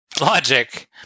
logic